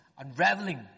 unraveling